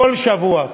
בכל שבוע,